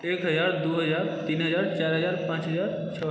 एक हजार दु हजार तीन हजार चारि हजार पाँच हजार छओ